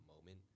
moment